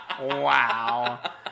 wow